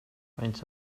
faint